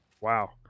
Wow